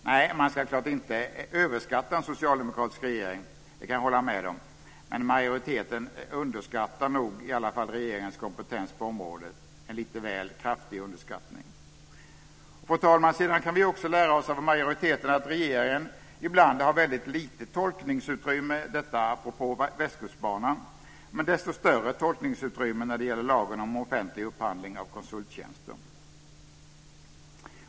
Nej, man ska klart inte överskatta en socialdemokratisk regering, det kan jag hålla med om. Men majoriteten underskattar nog i alla fall regeringens kompetens på det området - en lite väl kraftig underskattning. Fru talman! Sedan kan vi också lära oss av majoriteten att regeringen ibland har väldigt lite tolkningsutrymme - detta apropå Västkustbanan - men desto större tolkningsutrymme när det gäller lagen om offentlig upphandling av konsulttjänster.